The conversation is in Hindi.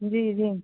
जी जी